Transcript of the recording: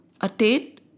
attain